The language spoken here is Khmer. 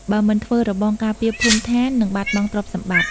បើមិនធ្វើរបងការពារភូមិស្ថាននឹងបាត់បង់ទ្រព្យសម្បត្តិ។